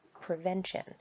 prevention